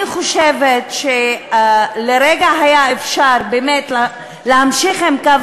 אני חושבת שלרגע היה אפשר להמשיך עם קו